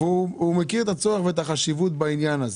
והוא מכיר את הצורך והחשיבות בעניין הזה.